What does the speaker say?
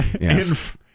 Yes